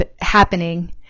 happening